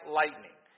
lightning